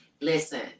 listen